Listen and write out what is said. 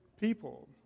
people